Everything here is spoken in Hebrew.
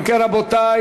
אם כן, רבותי